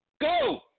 Go